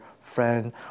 friend